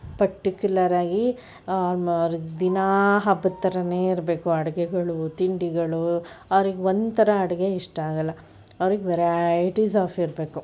particular ಆಗಿ ಅವ್ರಿಗ್ ದಿನಾ ಹಬ್ಬದ ಥರಾನೇ ಇರಬೇಕು ಅಡುಗೆಗಳು ತಿಂಡಿಗಳು ಅವ್ರಿಗೆ ಒಂದು ಥರ ಅಡುಗೆ ಇಷ್ಟ ಆಗಲ್ಲ ಅವ್ರಿಗೆ ವೆರೈಟೀಸ್ ಆಫ್ ಇರಬೇಕು